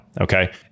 okay